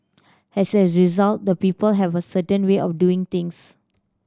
as a result the people have a certain way of doing things